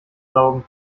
saugen